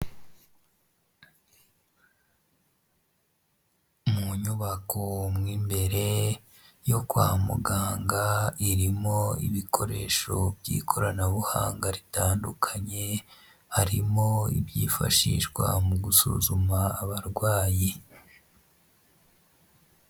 Mu inyubako m'imbere yo kwa muganga irimo ibikoresho by'ikoranabuhanga bitandukanye harimo ibyifashishwa mu gusuzuma abarwayi.